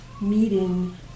meeting